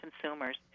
consumers